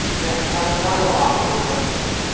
yeah. that was that that was a bop. i really like that one